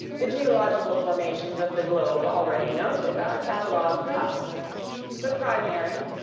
the geological formations of the globe already noted are catalogued thus the primary,